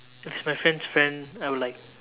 if it's my friend's friend I would like